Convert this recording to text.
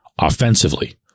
offensively